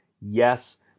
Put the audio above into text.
Yes